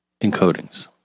encodings